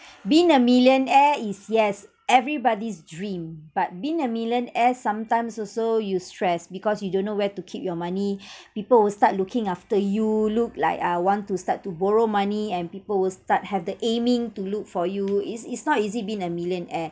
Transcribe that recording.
being a millionaire is yes everybody's dream but being a millionaire sometimes also you stress because you don't know where to keep your money people will start looking after you look like uh want to start to borrow money and people will start have the aiming to look for you it's it's not easy being a millionaire